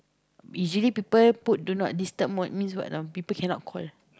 usually people put do not disturb mode means what know people cannot call